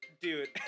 Dude